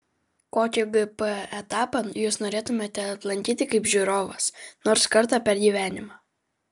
kokį gp etapą jūs norėtumėte aplankyti kaip žiūrovas nors kartą per gyvenimą